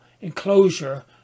enclosure